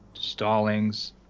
stallings